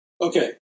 Okay